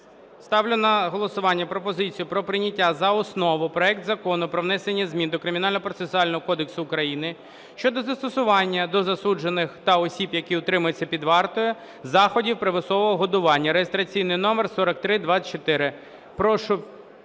Ставлю на голосування пропозицію про прийняття за основу проекту Закону про внесення змін до Кримінального процесуального кодексу України щодо застосування до засуджених та осіб, які тримаються під вартою, заходів примусового годування (реєстраційний номер 4324). Прошу